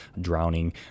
drowning